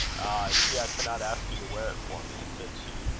see i cannot ask you to wear it for me, said she.